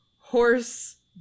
horse